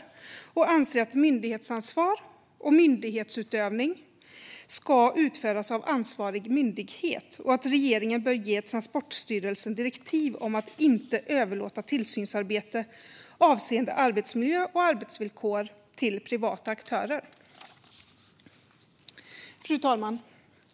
Vänsterpartiet anser att det som är myndighetsansvar och myndighetsutövning ska utföras av ansvarig myndighet och att regeringen bör ge Transportstyrelsen direktiv om att inte överlåta tillsynsarbete avseende arbetsmiljö och arbetsvillkor till privata aktörer. Fru talman!